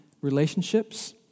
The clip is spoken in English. relationships